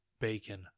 bacon